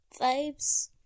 Vibes